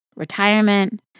Retirement